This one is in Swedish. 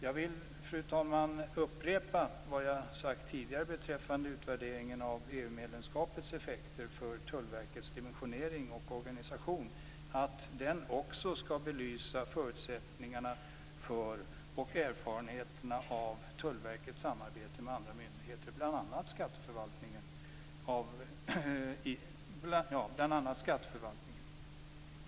Jag vill, fru talman, upprepa vad jag tidigare sagt beträffande utvärderingen av EU-medlemskapets effekter för Tullverkets dimensionering och organisation m.m., att den också skall belysa förutsättningarna för och erfarenheterna av Tullverkets samarbete med andra myndigheter, bl.a. skatteförvaltningen.